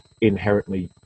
inherently